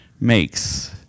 makes